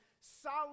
solid